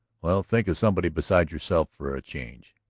well, think of somebody besides yourself for a change.